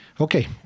Okay